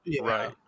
Right